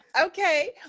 Okay